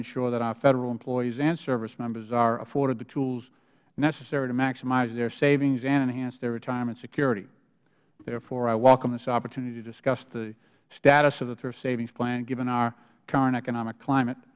ensure that our federal employees and service members are afforded the tools necessary to maximize their savings and enhance their retirement security therefore i welcome this opportunity to discuss the status of the thrift savings plan given our current economic climate